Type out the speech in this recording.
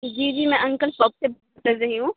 جی جی میں uncle shop سے بات کر رہی ہوں